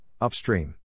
upstream